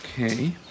Okay